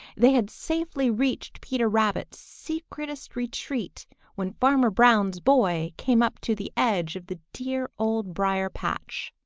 they had safely reached peter rabbit's secretest retreat when farmer brown's boy came up to the edge of the dear old briar-patch.